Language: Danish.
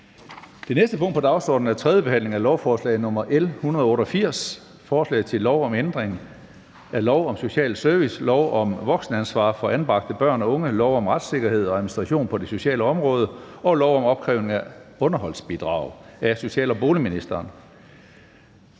Det næste punkt på dagsordenen er: 26) 3. behandling af lovforslag nr. L 188: Forslag til lov om ændring af lov om social service, lov om voksenansvar for anbragte børn og unge, lov om retssikkerhed og administration på det sociale område og lov om opkrævning af underholdsbidrag. (Ændring af reglerne